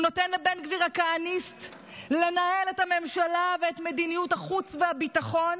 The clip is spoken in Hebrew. הוא נותן לבן גביר הכהניסט לנהל את הממשלה ואת מדיניות החיץ והביטחון,